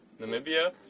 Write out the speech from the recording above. Namibia